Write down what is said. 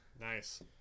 Nice